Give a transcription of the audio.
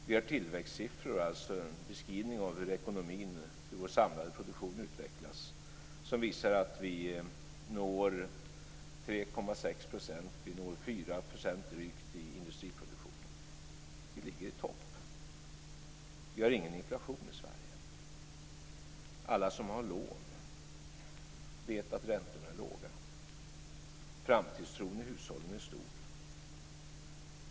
Vi har tillväxtsiffror, alltså en beskrivning av hur ekonomin och vår samlade produktion utvecklas, som visar att vi når 3,6 %. Vi når drygt 4 % i industriproduktionen. Vi ligger i topp. Vi har ingen inflation i Sverige. Alla som har lån vet att räntorna är låga. Framtidstron i hushållen är stor.